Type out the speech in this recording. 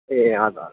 ए हजुर